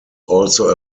also